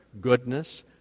goodness